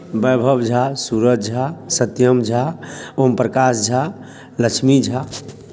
Vaibhav Jha Suraj Jha Satyam Jha Om Prakash Jha Lakshmi Jha